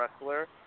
wrestler